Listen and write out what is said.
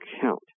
count